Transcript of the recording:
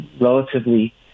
relatively